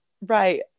right